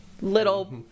little